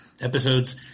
episodes